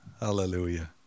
Hallelujah